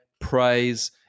praise